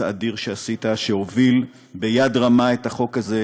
שושלת המלוכה שלנו,